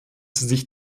sich